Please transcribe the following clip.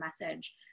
message